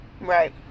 Right